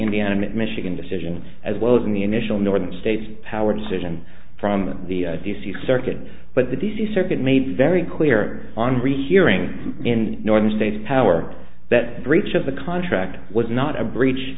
indiana michigan decision as well as in the initial northern states power decision from the d c circuit but the d c circuit made it very clear on rehearing in northern states powered that breach of the contract was not a breach